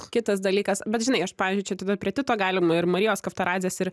kitas dalykas bet žinai aš pavyzdžiui čia tada prie tito galima ir marijos kavtaradzės ir